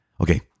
okay